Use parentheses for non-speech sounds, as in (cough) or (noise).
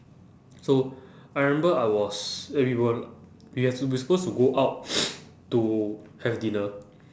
so (noise) I remember I was eh we were we have to we were supposed to go out (noise) to have dinner